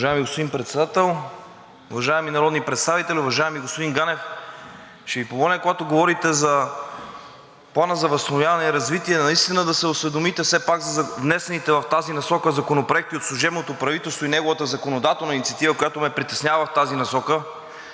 Уважаеми господин Председател, уважаеми народни представители, уважаеми господин Ганев! Ще Ви помоля, когато говорите за Плана за възстановяване и развитие, наистина да се осведомите все пак за внесените законопроекти от служебното правителство и неговата законодателна инициатива, която ме притеснява в тази насока.